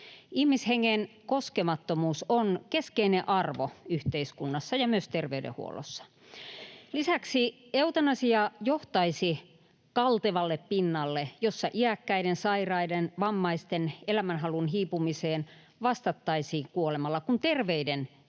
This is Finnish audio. Ihmishengen koskemattomuus on keskeinen arvo yhteiskunnassa ja myös terveydenhuollossa. Lisäksi eutanasia johtaisi kaltevalle pinnalle, jossa iäkkäiden, sairaiden ja vammaisten elämänhalun hiipumiseen vastattaisiin kuolemalla, kun terveiden itsemurhia